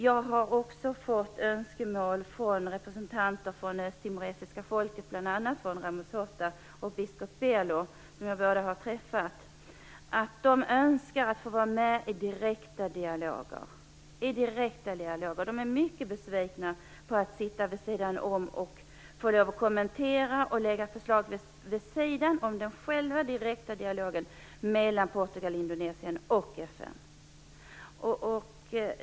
Jag har hört önskemål från representanter för det östtimoresiska folket, bl.a. Ramos Horta och biskop Belo, vilka jag har träffat, om att få vara med i direkta dialoger. De är mycket besvikna över att behöva sitta vid sidan om och få kommentera och lägga förslag vid sidan om själva den direkta dialogen mellan Portugal, Indonesien och FN.